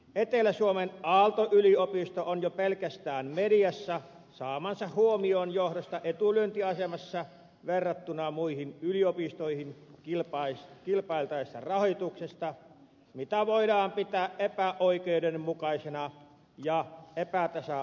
etelä suomen aalto yliopisto on jo pelkästään mediassa saamansa huomion johdosta etulyöntiasemassa verrattuna muihin yliopistoihin kilpailtaessa rahoituksesta mitä voidaan pitää epäoikeudenmukaisena ja epätasa arvoisena